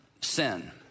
sin